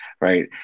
right